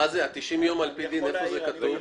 90 יום על פי דין איפה זה כתוב?